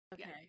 Okay